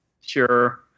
Sure